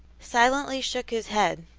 silently shook his head,